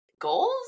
goals